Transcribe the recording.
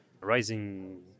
rising